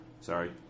Sorry